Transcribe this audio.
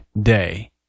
Day